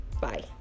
Bye